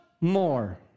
more